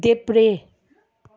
देब्रे